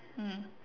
mm